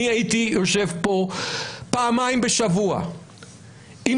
אני הייתי יושב פה פעמיים בשבוע עם